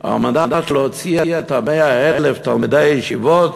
על מנת להוציא את 100,000 תלמידי הישיבות,